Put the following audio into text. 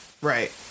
Right